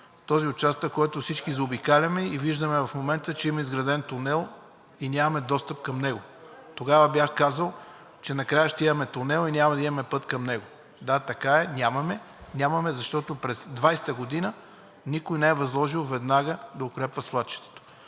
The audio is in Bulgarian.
Този участък, който всички заобикаляме и виждаме в момента, че има изграден тунел и нямаме достъп към него. Тогава бях казал, че накрая ще имаме тунел и няма да имаме път към него. Да, така е, нямаме. Нямаме, защото през 2020 г. никой не е възложил веднага да укрепва свлачището.